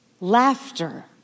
laughter